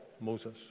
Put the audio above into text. Moses